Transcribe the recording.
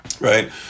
right